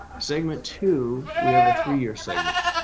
segment two, we have a three year segment.